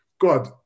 God